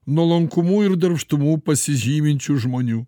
nuolankumu ir darbštumu pasižyminčių žmonių